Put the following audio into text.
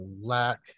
lack